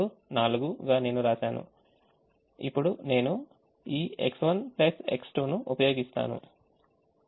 ఇప్పుడు నేను ఈ X1 X2 ను ఉపయోగిస్తాను